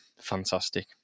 fantastic